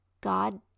God